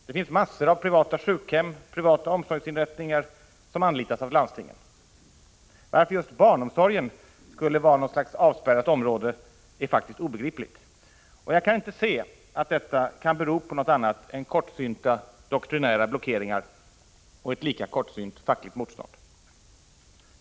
Det finns en mängd privata sjukhem och privata omsorgsinrättningar som anlitas av landstingen. Varför just barnomsorgen skulle vara något slags avspärrat område är faktiskt obegripligt, och jag kan inte se att detta kan bero på annat än kortsynta doktrinära blockeringar och lika kortsynt fackligt motstånd.